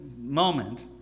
moment